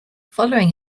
following